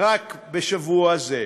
בשבוע זה,